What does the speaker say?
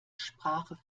sprache